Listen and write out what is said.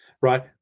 right